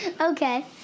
Okay